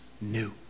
new